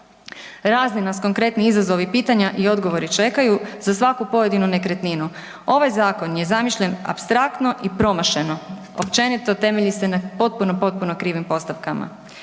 Razni nas konkretni izazovi i pitanja i odgovori čekaju za svaku pojedinu nekretninu. Ovaj zakon je zamišljen apstraktno i promašeno. Općenito, temelji se na potpuno, potpuno krivim postavkama.